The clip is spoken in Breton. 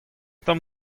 tamm